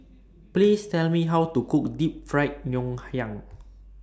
Please Tell Me How to Cook Deep Fried Ngoh Hiang